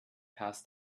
past